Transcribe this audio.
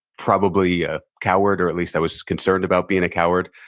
probably a coward, or at least i was concerned about being a coward.